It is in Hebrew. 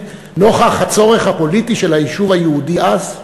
נוכח הצורך הפוליטי של היישוב היהודי אז?